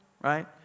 right